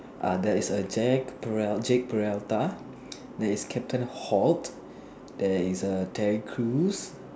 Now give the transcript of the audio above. uh there is a Jack Jake Peralta there is a captain holt there is err Terry Crews